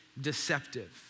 deceptive